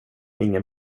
ingen